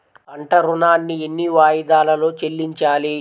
పంట ఋణాన్ని ఎన్ని వాయిదాలలో చెల్లించాలి?